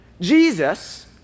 Jesus